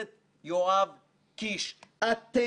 אמיתית וכנה שבלעדיכם